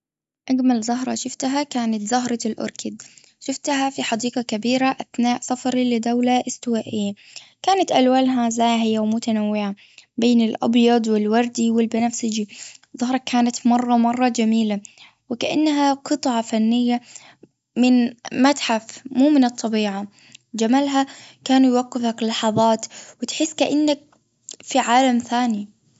أجمل زهرة شفتها كانت زهرة الأوركيد. شفتها في حديقة كبيرة أثناء سفري لدولة إستوائية. كانت ألوانها زاهية ومتنوعة بين الأبيض والوردي والبنفسجي. زهرة كانت مرة مرة جميلة. وكأنها قطعة فنية من-من متحف مو من جمالها كان يوقفك لحظات وتحس كأنك في عالم ثاني.